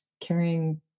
carrying